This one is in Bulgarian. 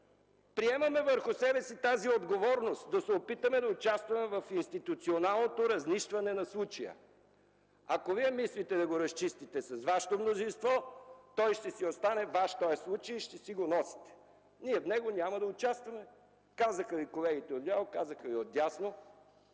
приемаме върху себе си тази отговорност да се опитаме да участваме в институционалното разнищване на случая. Ако вие мислите да го разчистите с вашето мнозинство, той ще си остане ваш този случай и ще си го носите, ние в него няма да участваме. Казаха ви го колегите отляво, казаха ви го отдясно.